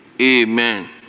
Amen